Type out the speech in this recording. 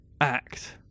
Act